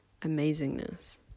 amazingness